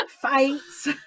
Fights